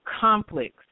complex